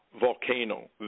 volcano